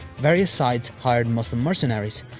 various sides hired muslim mercenaries.